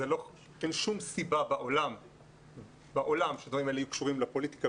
אין שום סיבה בעולם שהדברים האלה יהיו קשורים לפוליטיקה,